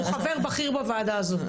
הוא חבר בכיר בוועדה הזאת,